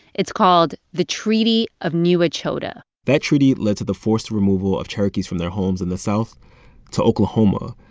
it's called the treaty of new ah echota that treaty led to the forced removal of cherokees from their homes in the south to oklahoma.